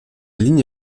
ligne